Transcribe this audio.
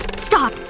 stop.